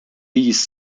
these